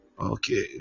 Okay